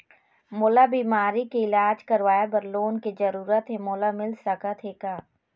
मोला बीमारी के इलाज करवाए बर लोन के जरूरत हे मोला मिल सकत हे का?